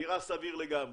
נראה סביר לגמרי.